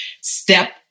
step